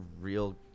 real